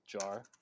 jar